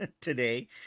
today